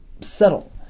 settle